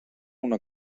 una